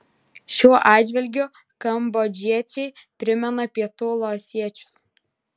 šiuo atžvilgiu kambodžiečiai primena pietų laosiečius